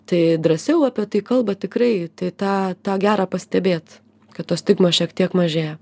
tai drąsiau apie tai kalba tikrai tai tą tą gera pastebėt kad tos stigmos šiek tiek mažėja